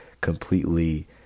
completely